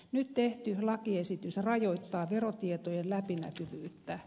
nyt tehty lakiesitys rajoittaa verotietojen läpinäkyvyyttä